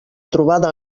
trobada